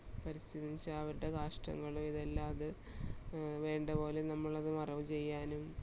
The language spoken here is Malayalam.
പരിസ്ഥിതിയെന്നുവെച്ചാൽ അവരുടെ കാഷ്ടങ്ങൾ ഇതെല്ലാം അത് വേണ്ടപോലെ നമ്മളത് മറവ് ചെയ്യാനും